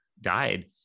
died